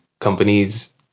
companies